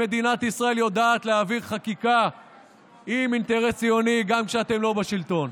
מדינת ישראל יודעת להעביר חקיקה עם אינטרס ציוני גם שאתם לא בשלטון.